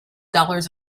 dollars